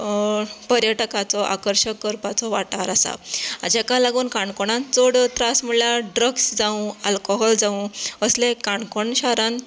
पर्यटकाचो आकर्शक करपाचो वाठार आसा जाका लागोन काणकोणान चड त्रास म्हणल्यार ड्रग्स जांव आल्कोहोल जांव असलें काणकोण शारान